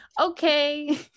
okay